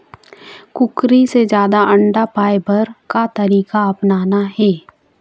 कुकरी से जादा अंडा पाय बर का तरीका अपनाना ये?